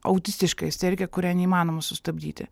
autistiška isterika kurią neįmanoma sustabdyti